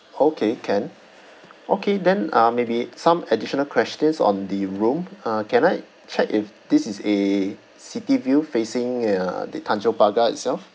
okay can okay then uh maybe some additional questions on the room uh can I check if this is a city view facing uh the tanjong pagar itself